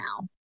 now